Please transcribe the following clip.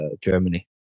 Germany